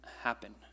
happen